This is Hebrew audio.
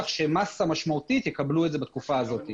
שמסה משמעותית יקבלו את זה בתקופה הזאת.